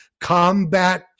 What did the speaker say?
combat